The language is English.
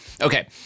Okay